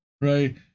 right